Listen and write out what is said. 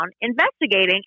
investigating